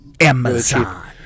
amazon